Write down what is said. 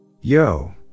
Yo